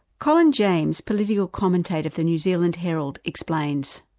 colin james, political commentator for the new zealand herald explains.